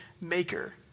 maker